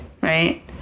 Right